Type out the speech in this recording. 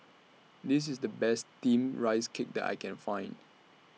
This IS The Best Steamed Rice Cake that I Can Find